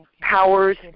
powers